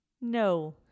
No